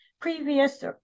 Previous